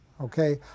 okay